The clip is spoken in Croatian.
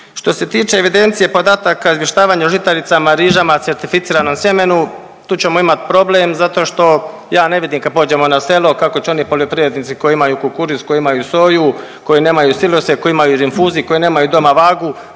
Što se tiče evidencije podataka i izvještavanja o žitaricama, rižama, certificiranom sjemenu, tu ćemo imati problem zato što ja ne vidim, kad pođemo na selo kako će oni poljoprivrednici koji imaju kukuruz, koji imaju soju, koji nemaju silose, koji imaju u rinfuzi, koji nemaju doma vagu,